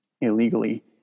illegally